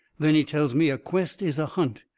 then he tells me a quest is a hunt.